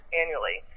annually